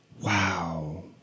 wow